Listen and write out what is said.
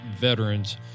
veterans